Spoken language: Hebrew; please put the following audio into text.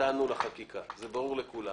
חטאנו לחקיקה וזה ברור לכולם.